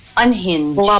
unhinged